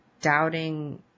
doubting